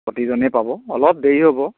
প্ৰতিজনে পাব অলপ দেৰি হ'ব